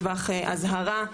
טווח אזהרה,